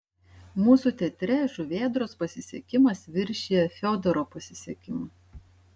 mūsų teatre žuvėdros pasisekimas viršija fiodoro pasisekimą